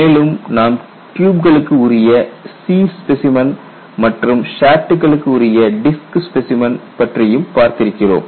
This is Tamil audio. மேலும் நாம் டியூப்களுக்கு உரிய C ஸ்பெசைமன் மற்றும் ஷாஃப்ட்டுகளுக்கு உரிய டிஸ்க் ஸ்பெசைமன் பற்றியும் பார்த்திருக்கிறோம்